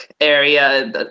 area